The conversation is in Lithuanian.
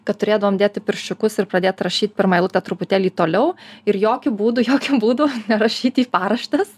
kad turėdavome dėti pirščiukus ir pradėt rašyti pirmą eilutę truputėlį toliau ir jokiu būdu jokiu būdu nerašyti į paraštes